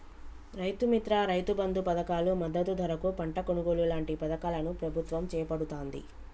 రైతు మిత్ర, రైతు బంధు పధకాలు, మద్దతు ధరకు పంట కొనుగోలు లాంటి పధకాలను ప్రభుత్వం చేపడుతాంది